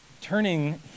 Turning